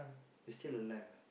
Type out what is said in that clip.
you still alive ah